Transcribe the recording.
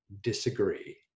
disagree